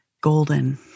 golden